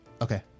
okay